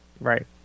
Right